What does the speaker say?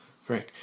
Frank